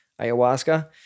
Ayahuasca